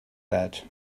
that